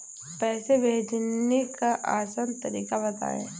पैसे भेजने का आसान तरीका बताए?